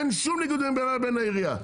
אין שום ניגוד עניינים בינה לבין העירייה.